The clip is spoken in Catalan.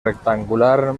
rectangular